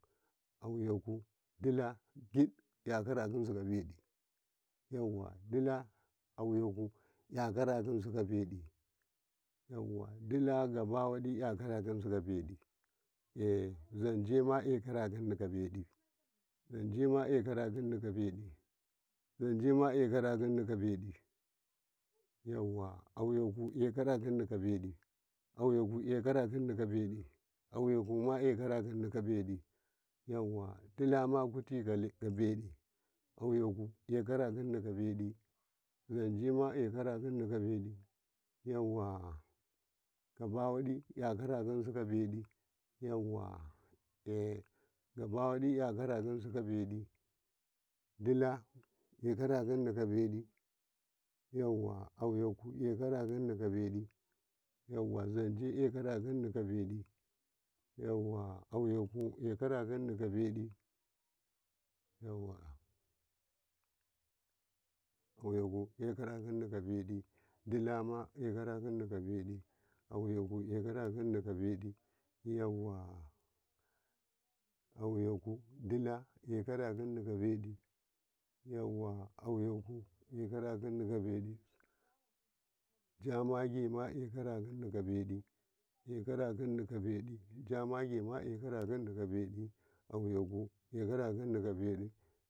ƙarfe belu kuunu na danekaye sai nayaɗanasu nayaɗansukaye shikenan sai kabeɗi shiɗi ko shiɗa ko nazaw zawama nade to agisu agisu nane lafiyasu naana sunakya sheken yawa nannasikaye to dala mewadi nada nada dala mewadi nakasesu carakuye shiken.